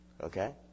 Okay